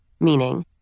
meaning